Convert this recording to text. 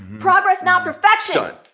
progress not perfection! good.